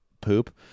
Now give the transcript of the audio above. poop